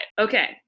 Okay